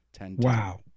Wow